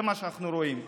זה מה שאנחנו רואים.